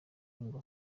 ngo